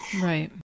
right